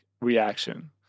reaction